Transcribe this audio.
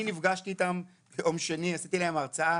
אני נפגשתי איתן ביום שני, עשיתי להן הרצאה.